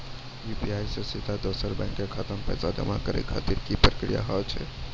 UPI से सीधा दोसर के बैंक खाता मे पैसा जमा करे खातिर की प्रक्रिया हाव हाय?